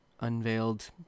unveiled